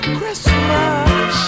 Christmas